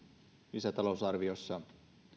lisätalousarviosta